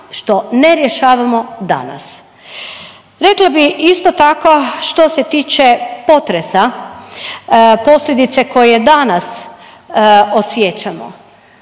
što ne rješavamo danas. Rekla bih, isto tako što se tiče potresa, posljedice koje danas osjećamo,